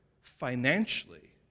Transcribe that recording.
financially